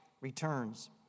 returns